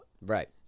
Right